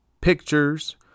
pictures